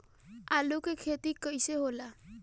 आलू के खेती कैसे होला?